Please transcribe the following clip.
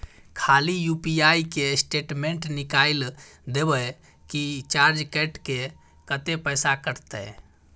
खाली यु.पी.आई के स्टेटमेंट निकाइल देबे की चार्ज कैट के, कत्ते पैसा कटते?